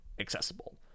accessible